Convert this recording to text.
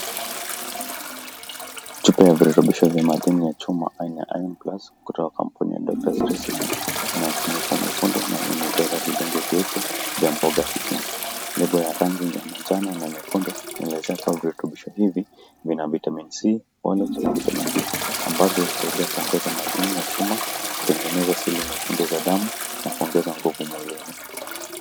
Chupa ya virutubisho vya madini ya chuma aina ya Iron plus kutoka kampuni ya Doctor's Recipes, inakifuniko mwekundu na imejaza vidonge mweupe vya mboga sitini, lebo ya rangi ya manjano na nyekundu inaelezea kuwa virutubisho hivi vina Vitamin C,Folate na Vitamin B ambavyo husaidia kuongeza madini ya chuma, kutengeneza seli nyekundu ya damu na kuongeza nguvu mwilini.